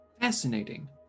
Fascinating